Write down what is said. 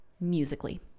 musically